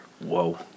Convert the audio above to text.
whoa